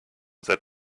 that